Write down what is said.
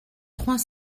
trois